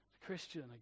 Christian